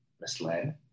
misled